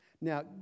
Now